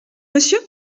monsieur